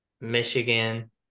Michigan